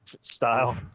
style